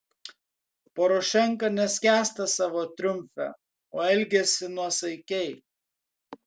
porošenka neskęsta savo triumfe o elgiasi nuosaikiai